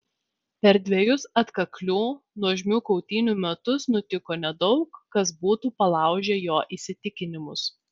per dvejus atkaklių nuožmių kautynių metus nutiko nedaug kas būtų palaužę jo įsitikinimus